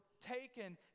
taken